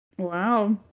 Wow